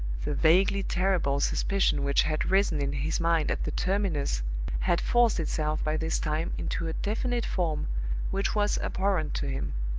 the vaguely terrible suspicion which had risen in his mind at the terminus had forced itself by this time into a definite form which was abhorrent to him.